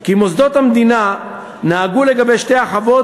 כי מוסדות המדינה נהגו לגבי שתי החוות